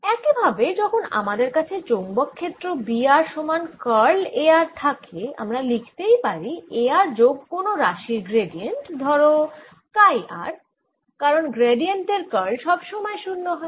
একইভাবে যখন আমাদের কাছে চৌম্বক ক্ষেত্র B r সমান কার্ল A r থাকে আমরা লিখতেই পারি A r যোগ কোন রাশির গ্র্যাডিয়েন্ট ধরো কাই r কারণ গ্র্যাডিয়েন্টের কার্ল সব সময় 0 হয়